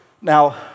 Now